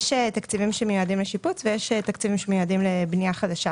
יש תקציבים שמיועדים לשיפוץ ויש תקציבים שמיועדים לבנייה חדשה,